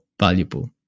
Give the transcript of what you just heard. valuable